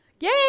Yay